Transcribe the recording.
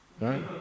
Right